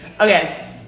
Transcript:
okay